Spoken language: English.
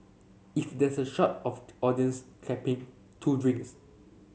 if there's a shot of audience clapping two drinks